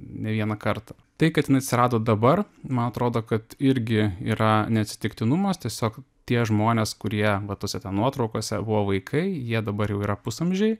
ne vieną kartą tai kad jin atsirado dabar man atrodo kad irgi yra neatsitiktinumas tiesiog tie žmonės kurie va tose ten nuotraukose buvo vaikai jie dabar jau yra pusamžiai